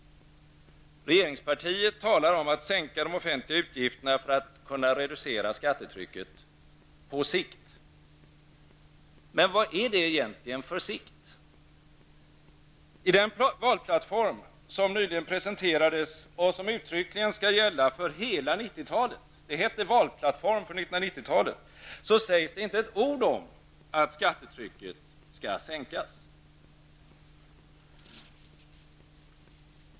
Regeringspartiet talar om en sänkning av de offentliga utgifterna för att på det sättet kunna reducera skattetrycket på sikt. Men vad är det egentligen för ''sikt''? I fråga om den valplattform som nyligen presenterades och som uttryckligen skall gälla för hela 90-talet -- benämningen är Valplattform för 90-talet -- sägs det inte ett ord om att skattetrycket skall sänkas.